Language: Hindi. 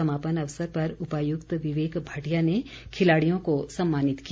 समापन अवसर पर उपायुक्त विवेक भाटिया ने खिलाड़ियों को सम्मानित किया